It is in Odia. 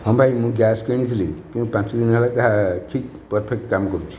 ହଁ ଭାଇ ମୁଁ ଗ୍ୟାସ୍ କିଣିଥିଲି କିନ୍ତୁ ପାଞ୍ଚଦିନ ହେଲା ତାହା ଠିକ୍ ପରଫେକ୍ଟ କାମ କରୁଛି